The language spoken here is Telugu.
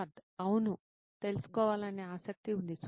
సిద్ధార్థ్అవును తెలుసుకోవాలనే ఆసక్తి ఉంది